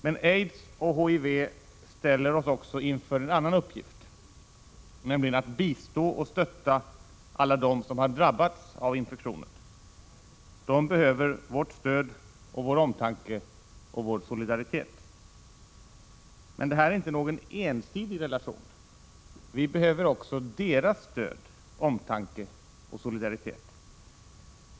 Men aids och HIV ställer oss också inför en annan uppgift, nämligen att bistå och stötta alla dem som har drabbats av infektionen. De behöver vårt stöd och vår omtanke och vår solidaritet. Men det här är inte någon ensidig relation. Vi behöver också deras stöd, omtanke och solidaritet.